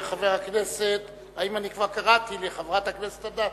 האם כבר קראתי לחברת הכנסת אדטו?